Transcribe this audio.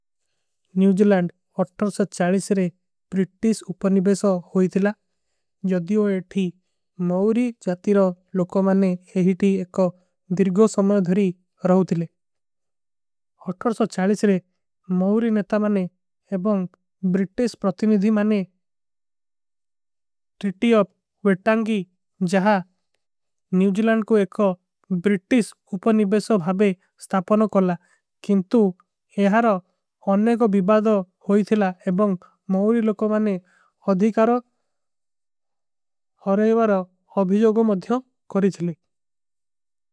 ନ୍ଯୂଜିଲନ୍ଡ ଅଟର ସୋ ଚାରିଶରେ ବ୍ରିଟୀଶ ଉପନିବେସୋ ହୋଈ ଥିଲା। ଯଦି ଵୋ ଏଠୀ ମାଉରୀ ଜାତୀ ରୋ ଲୋକୋ ମାନେ ଏହୀଟୀ ଏକ ଦିର୍ଗୋ। ସମଯ ଧରୀ ରହୋ ଥିଲେ ଅଟର ସୋ ଚାରିଶରେ ମାଉରୀ ନିତା ମାନେ। ଏବଂଗ ବ୍ରିଟୀଶ ପ୍ରତିମିଧୀ ମାନେ ଟିଟୀ ଅପ। ଵେଟାଂଗୀ ଜହା ନ୍ଯୂଜିଲନ୍ଡ କୋ ଏକ ବ୍ରିଟୀଶ ଉପନିବେସୋ ଭାବେ। ସ୍ଥାପନୋ କୋଲା କିନ୍ଟୁ ଏହାର ଅନ୍ନେ କୋ ବିବାଦୋ ହୋଈ ଥିଲା। ଏବଂଗ ମାଉରୀ ଲୋକୋ ମାନେ ଅଧିକାରୋ। ହରେ ଵର ଅଭୀଜୋଗୋ ମଧ୍ଯୋଂ କରୀ ଜଲୀ।